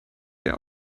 sehr